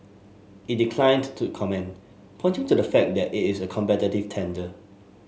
it declined to comment pointing to the fact that it is a competitive tender